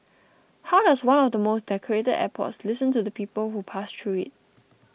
how does one of the most decorated airports listen to the people who pass through it